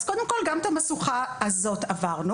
אז קודם כל, גם את המשוכה הזאת עברנו.